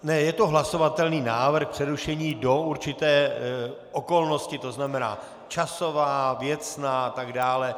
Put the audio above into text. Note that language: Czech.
Ne, je to hlasovatelný návrh o přerušení do určité okolnosti, to znamená časová, věcná a tak dále.